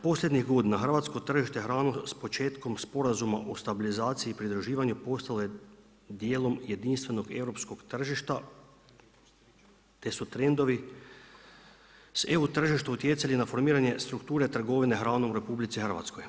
Posljednjih godina hrvatsko tržište hranom s početkom Sporazuma o stabilizaciji i pridruživanju postalo je dijelom jedinstvenog europskog tržišta te su trendovi s eu tržišta utjecali na formiranje strukture trgovine hranom u RH.